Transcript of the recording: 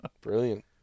brilliant